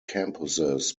campuses